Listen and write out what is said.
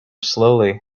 slowly